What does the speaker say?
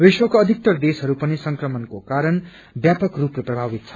विश्वको अधिक्तर देशहरू पनि संक्रमणको काराण व्यापक रूपले प्रभावित छन्